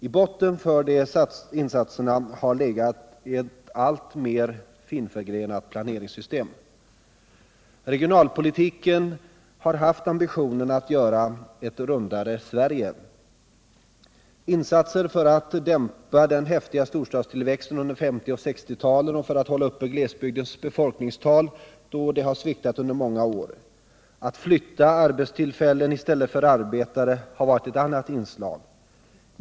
I botten för de insatserna har legat ett alltmer Regionalpolitiken har haft ambitionen att göra ett ”rundare Sverige”. Man har gjort insatser för att dämpa den häftiga storstadstillväxten under 1950 och 1960-talen för att hålla uppe glesbygdens befolkningstal, som har sviktat under många år. Att flytta arbetstillfällen i stället för arbetare har varit ett annat inslag.